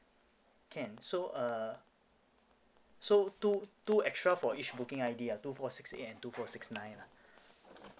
can so uh so two two extra for each booking I_D uh two four six eight and two four six nine lah